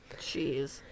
Jeez